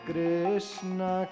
Krishna